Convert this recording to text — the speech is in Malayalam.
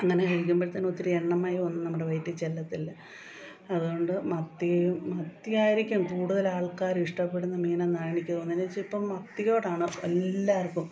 അങ്ങനെ കഴിക്കുമ്പോഴത്തേനും ഒത്തിരി എണ്ണമയമൊന്നും നമ്മുടെ വയറ്റിൽ ചെല്ലത്തില്ല അതു കൊണ്ട് മത്തിയും മത്തിയായിരിക്കും കൂടുതലാൾക്കാരിഷ്ടപ്പെടുന്ന മീനെന്നാണ് എനിക്കു തോന്നുന്നത് കാരണം എന്നാച്ചാൽ ഇപ്പം മത്തിയോടാണെല്ലാവർക്കും